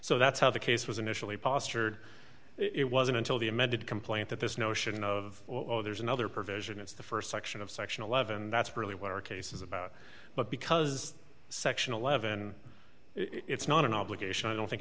so that's how the case was initially postured it wasn't until the amended complaint that this notion of there's another provision it's the st section of section eleven and that's really what our case is about but because section eleven it's not an obligation i don't think